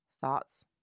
thoughts